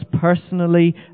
personally